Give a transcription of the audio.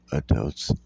adults